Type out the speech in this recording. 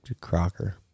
Crocker